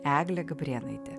eglė gabrėnaitė